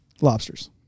lobsters